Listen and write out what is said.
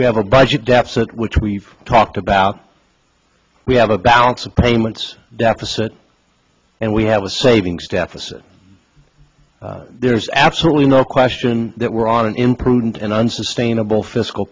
we have a budget deficit which we've talked about we have a balance of payments deficit and we have a savings deficit there's absolutely no question that we're on an imprudent and unsustainable